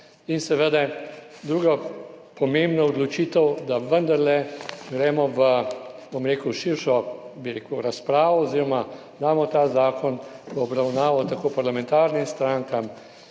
in druga pomembna odločitev, da vendarle gremo v širšo, bi rekel, razpravo oziroma damo ta zakon v obravnavo parlamentarnim strankam,